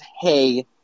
hey